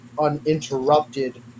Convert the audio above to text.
uninterrupted